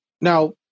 Now